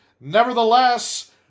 nevertheless